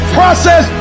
process